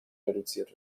reduziert